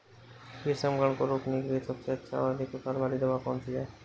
कीट संक्रमण को रोकने के लिए सबसे अच्छी और अधिक उत्पाद वाली दवा कौन सी है?